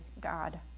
God